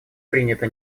принято